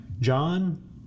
John